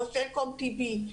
סלקום טי.וי,